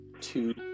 two